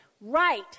right